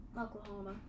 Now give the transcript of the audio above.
Oklahoma